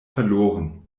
verloren